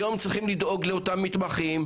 היום צריכים לדאוג לאותם מתמחים,